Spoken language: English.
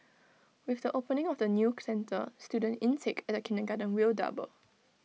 with the opening of the new centre student intake at kindergarten will double